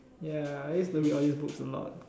ya I used to read all these books a lot